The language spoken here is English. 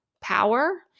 power